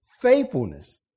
faithfulness